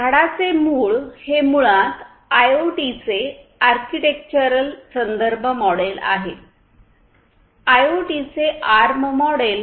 झाडाचे खोड हे मुळात आयओटीचे आर्किटेक्चरल संदर्भ मॉडेल आहे आयओटीचे आर्म मॉडेल